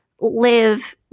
live